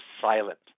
silent